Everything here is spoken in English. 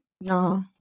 No